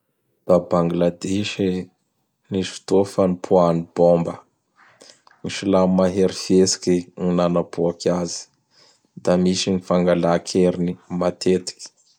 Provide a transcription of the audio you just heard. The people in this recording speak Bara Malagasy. Da Bangladisy nisy fotoa fa nipoahan'ny bômba, gny Silamo mahery fihetsiky gn nanapoaky azy. Da misy gn fangalà an-keriny matetiky.